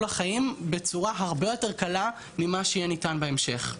החיים בצורה הרבה יותר קלה ממה שיהיה ניתן בהמשך.